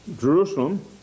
Jerusalem